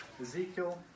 Ezekiel